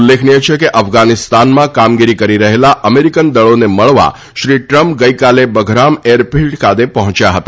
ઉલ્લેખનીય છે કે અફઘાનીસ્તાનમાં કામગીરી કરી રહેલા અમેરીકન દળોને મળવા શ્રી ટ્રમ્પ ગઇકાલે બઘરામ એરફિલ્ડ ખાતે પહોચ્યા હતા